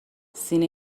سینه